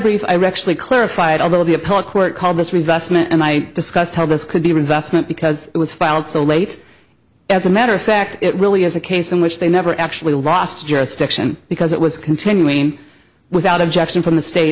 brief i recklessly clarified although the appellate court called this reinvestment and i discussed how this could be investment because it was filed so late as a matter of fact it really is a case in which they never actually lost jurisdiction because it was continuing without objection from the state